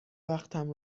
وقتم